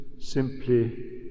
simply